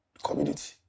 Community